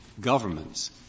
governments